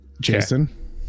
Jason